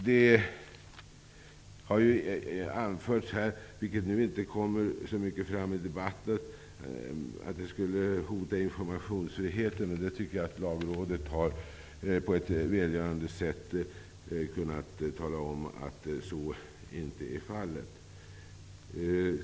Det har anförts här nu, vilket inte kommer fram så mycket i debatten, att detta skulle hota informationsfriheten. Jag tycker att Lagrådet på ett välgörande sätt har kunnat tala om att så inte är fallet.